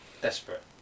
desperate